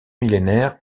millénaire